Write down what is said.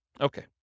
Okay